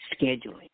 scheduling